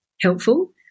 helpful